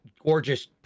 gorgeous